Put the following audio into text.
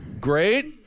great